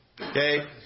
okay